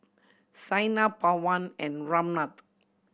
Saina Pawan and Ramnath